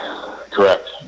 Correct